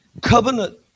Covenant